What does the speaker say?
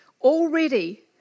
already